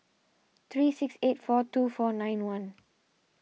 three six eight four two four nine one